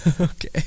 Okay